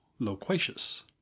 loquacious